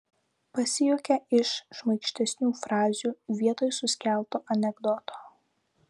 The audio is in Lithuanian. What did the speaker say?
pasijuokia iš šmaikštesnių frazių vietoj suskelto anekdoto